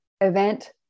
Event